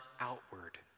outward